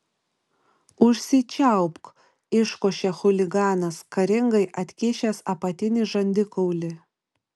užsičiaupk iškošė chuliganas karingai atkišęs apatinį žandikaulį